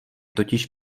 totiž